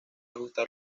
ajustar